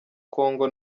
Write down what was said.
congo